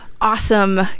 awesome